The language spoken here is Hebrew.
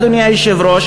אדוני היושב-ראש,